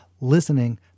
Listening